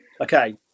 okay